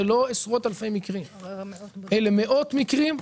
זה לא עשרות אלפי מקרים, אלה מאות מקרים.